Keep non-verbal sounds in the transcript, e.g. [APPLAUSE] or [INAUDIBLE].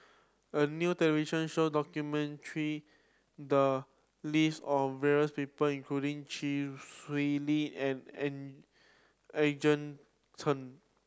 a new television show [UNINTELLIGIBLE] the lives of various people including Chee Swee Lee and [UNINTELLIGIBLE] Eugene Chen